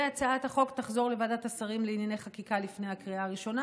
הצעת החוק תחזור לוועדת השרים לענייני חקיקה לפני הקריאה הראשונה